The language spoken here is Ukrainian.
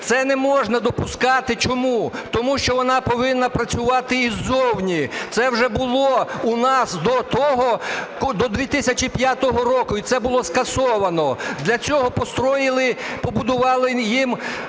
Це не можна допускати, чому? Тому що вона повинна працювати і ззовні. Це вже було у нас до того, до 2005 року, і це було скасовано. Для цього построїли,